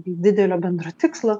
didelio bendro tikslo